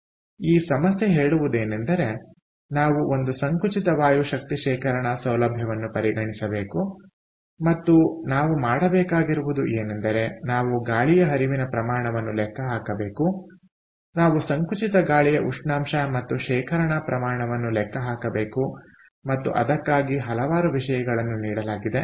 ಆದ್ದರಿಂದ ಈ ಸಮಸ್ಯೆ ಹೇಳುವುದೇನೆಂದರೆ ನಾವು ಒಂದು ಸಂಕುಚಿತ ವಾಯು ಶಕ್ತಿ ಶೇಖರಣಾ ಸೌಲಭ್ಯವನ್ನು ಪರಿಗಣಿಸಬೇಕು ಮತ್ತು ನಾವು ಮಾಡಬೇಕಾಗಿರುವುದು ಏನೆಂದರೆ ನಾವು ಗಾಳಿಯ ಹರಿವಿನ ಪ್ರಮಾಣವನ್ನು ಲೆಕ್ಕಹಾಕಬೇಕು ನಾವು ಸಂಕುಚಿತ ಗಾಳಿಯ ಉಷ್ಣಾಂಶ ಮತ್ತು ಶೇಖರಣಾ ಪ್ರಮಾಣವನ್ನು ಲೆಕ್ಕ ಹಾಕಬೇಕು ಮತ್ತು ಅದಕ್ಕಾಗಿ ಹಲವಾರು ವಿಷಯಗಳನ್ನು ನೀಡಲಾಗಿದೆ